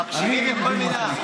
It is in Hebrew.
מקשיבים לכל מילה.